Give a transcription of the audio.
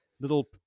little